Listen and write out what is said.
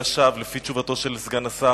בבקשה למיקרופון.